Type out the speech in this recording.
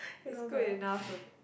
is good enough